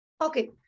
Okay